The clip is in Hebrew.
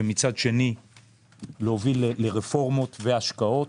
ומצד שני להוביל לרפורמות והשקעות,